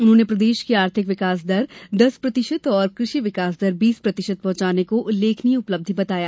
उन्होंने प्रदेश की आर्थिक विकास दर दस प्रतिशत और कृषि विकास दर बीस प्रतिशत पहुंचने को उल्लेखनीय उपलब्धि बताया